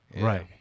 Right